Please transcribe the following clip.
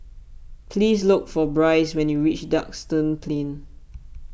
please look for Brice when you reach Duxton Plain